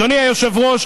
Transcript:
אדוני היושב-ראש,